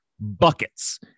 buckets